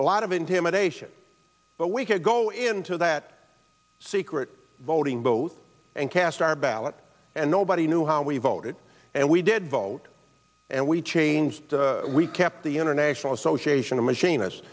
a lot of intimidation but we could go into that secret voting vote and cast our ballot and nobody knew how we voted and we did vote and we changed we kept the international association of machinist